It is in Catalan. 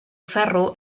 ferro